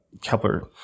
Kepler